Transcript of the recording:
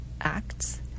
acts